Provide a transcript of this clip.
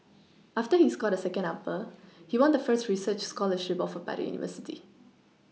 after he scored a second upper he won the first research scholarship offered by the university